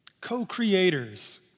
Co-creators